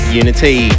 unity